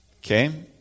Okay